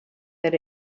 that